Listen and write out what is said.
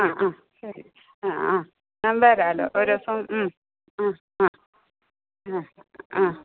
ആ ആ ശരി ആ ആ ഞാൻ വരാമല്ലോ ഒരു ദിവസം മ് ആ ആ ആ ആ